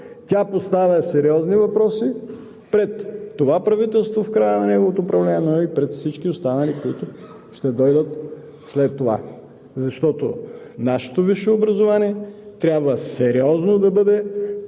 Тя поставя сериозни въпроси пред това правителство в края на неговото управление и пред всички останали, които ще дойдат след това. Защото нашето висше образование трябва сериозно да бъде поставено